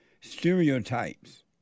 stereotypes